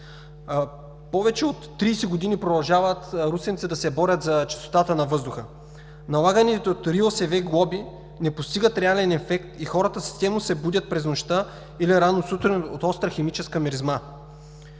Повече от 30 години русенци продължават да се борят за чистотата на въздуха. Налаганите от РИОСВ глоби не постигат реален ефект и хората системно се будят през нощта или рано сутрин от остра химическа миризма.